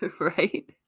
right